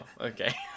okay